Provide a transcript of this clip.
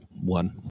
one